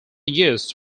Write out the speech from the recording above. used